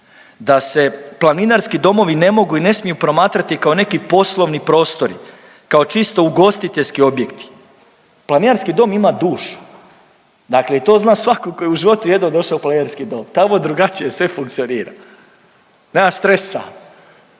Da se planinarski domovi ne mogu i ne smiju promatrati kao neki poslovni prostori, kao čisto ugostiteljski objekti. Planinarski dom ima dušu, dakle to zna svatko tko je u životu jednom došao u planinarski dom. Tamo drugačije sve funkcionira. Nema stresa,